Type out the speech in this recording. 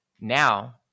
now